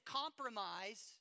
compromise